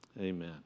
amen